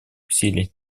усилий